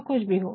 जो कुछ भी हो